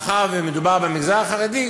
מאחר שמדובר במגזר החרדי,